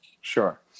sure